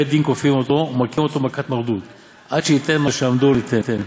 בית-דין כופין אותו ומכין אותו מכת מרדות עד שייתן מה שאמדוהו ליתן,